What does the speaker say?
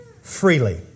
freely